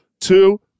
Two